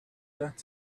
that